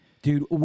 Dude